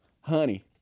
Honey